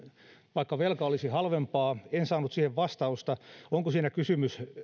vaikka velka olisi halvempaa en saanut siihen vastausta onko siinä kysymys